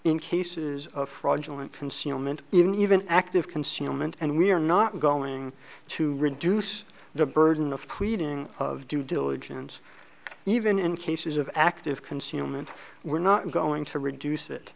in cases of fraudulent concealment even even active concealment and we are not going to reduce the burden of creating of due diligence even in cases of active concealment we're not going to reduce it